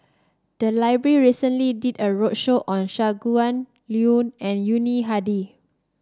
the library recently did a roadshow on Shangguan Liuyun and Yuni Hadi